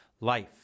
life